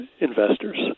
investors